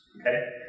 Okay